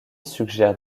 suggère